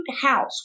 house